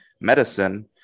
medicine